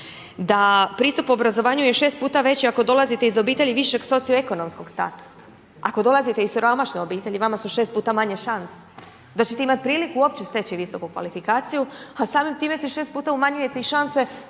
da pristup obrazovanju je šest puta veći ako dolazite iz obitelji višeg socioekonomskog statusa, ako dolazite iz siromašne obitelji vama su šest puta manje šanse da ćete imati priliku uopće steći visoku kvalifikaciju, a samim tim si šest puta umanjujete i šanse